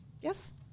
yes